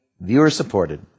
viewer-supported